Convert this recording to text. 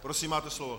Prosím, máte slovo.